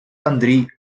андрій